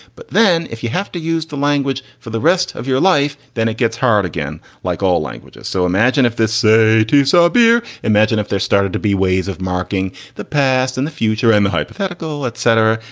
but then if you have to use the language for the rest of your life, then it gets hard again, like all languages. so imagine if this to sourbeer. imagine if there started to be ways of marking the past and the future and the hypothetical, et cetera,